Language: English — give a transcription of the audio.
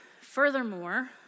Furthermore